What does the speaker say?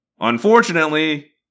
Unfortunately